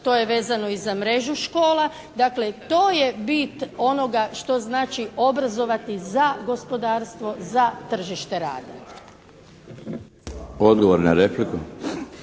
to je vezano i za mrežu škola. Dakle, to je bit onoga što znači obrazovati za gospodarstvo, za tržište rada. **Milinović,